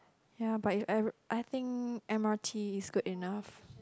ya but I think M_R_T is good enough